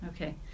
Okay